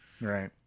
Right